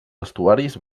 estuaris